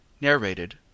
narrated